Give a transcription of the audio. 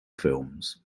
films